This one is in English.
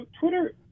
Twitter